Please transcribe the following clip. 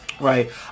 Right